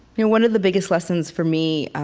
you, one of the biggest lessons, for me,